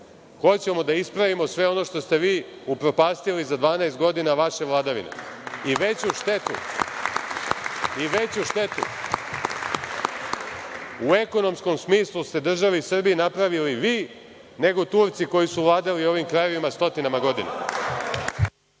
Hoćemo da ispravimo sve ono što ste vi upropastili za 12 godina vaše vladavine. Veću štetu u ekonomskom smislu ste državi Srbiji napravili vi nego Turci koji su vladali ovim krajevima stotinama godina.